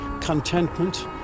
Contentment